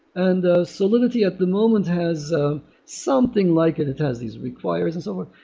and solidity at the moment has something like and it has these requires and so forth.